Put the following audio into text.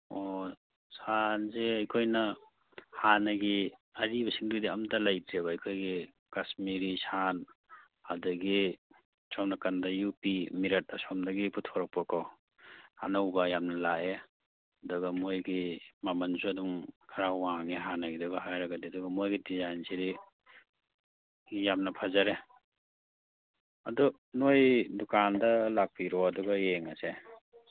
ꯑꯣ ꯁꯥꯜꯁꯦ ꯑꯩꯈꯣꯏꯅ ꯍꯥꯟꯅꯒꯤ ꯑꯔꯤꯕꯁꯤꯡꯗꯨꯗꯤ ꯑꯝꯇ ꯂꯩꯇ꯭ꯔꯦꯕ ꯑꯩꯈꯣꯏꯒꯤ ꯀꯁꯃꯤꯔꯤ ꯁꯥꯜ ꯑꯗꯒꯤ ꯁꯣꯝ ꯅꯥꯀꯟꯗ ꯌꯨ ꯄꯤ ꯃꯤꯔꯠ ꯑꯁꯣꯝꯗꯒꯤ ꯄꯨꯊꯣꯔꯛꯄꯀꯣ ꯑꯅꯧꯕ ꯌꯥꯝꯅ ꯂꯥꯑꯦ ꯑꯗꯨꯒ ꯃꯣꯏꯒꯤ ꯃꯃꯜꯁꯨ ꯑꯗꯨꯝ ꯈꯔ ꯋꯥꯡꯉꯦ ꯍꯥꯟꯅꯒꯤꯗꯨꯒ ꯍꯥꯏꯔꯒꯗꯤ ꯑꯗꯨꯒ ꯃꯣꯏꯒꯤ ꯗꯤꯖꯥꯏꯟꯁꯤꯗꯤ ꯌꯥꯝꯅ ꯐꯖꯔꯦ ꯑꯗꯨ ꯅꯣꯏ ꯗꯨꯀꯥꯟꯗ ꯂꯥꯛꯄꯤꯔꯣ ꯑꯗꯨꯒ ꯌꯦꯡꯉꯁꯦ